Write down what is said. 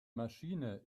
maschine